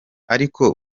ariko